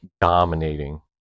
dominating